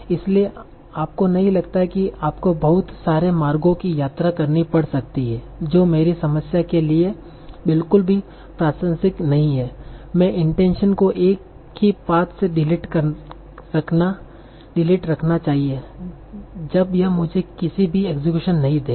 इसलिए आपको नहीं लगता कि आपको बहुत सारे मार्गो की यात्रा करनी पड़ सकती है जो मेरी समस्या के लिए बिल्कुल भी प्रासंगिक नहीं हैं में i n t e n t i o n को एक ही पाथ से डिलीट रखना चाहिए जब यह मुझे कभी भी इक्सक्यूशन नहीं देगा